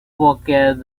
forget